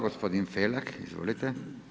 Gospodin Felak, izvolite.